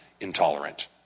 intolerant